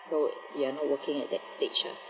so you are not working at that stage ah